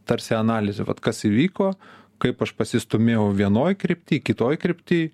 tarsi analizė vat kas įvyko kaip aš pasistūmėjau vienoj krypty kitoj krypty